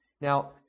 Now